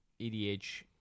EDH